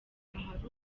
ahari